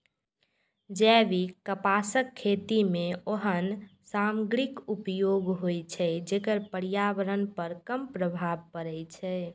जैविक कपासक खेती मे ओहन सामग्रीक उपयोग होइ छै, जेकर पर्यावरण पर कम प्रभाव पड़ै छै